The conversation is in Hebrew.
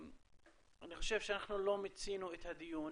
אני חושב שאנחנו לא מיצינו את הדיון